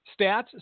stats